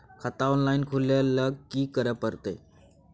खाता ऑनलाइन खुले ल की करे परतै?